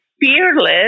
fearless